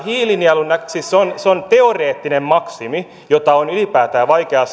hiilinielu on siis se on teoreettinen maksimi jota on ylipäätään vaikea